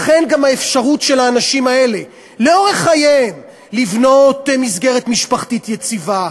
לכן גם האפשרות של האנשים האלה לאורך חייהם לבנות מסגרת משפחתית יציבה,